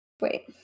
wait